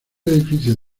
edificio